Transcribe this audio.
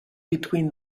between